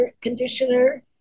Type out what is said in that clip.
conditioner